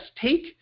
Take